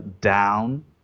Down